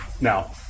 Now